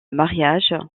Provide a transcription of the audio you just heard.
mariages